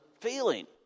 feeling